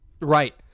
Right